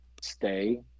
stay